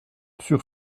sur